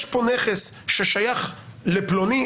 יש פה נכס ששייך לפלוני,